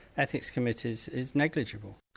ethics committees, is negligible.